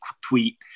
tweet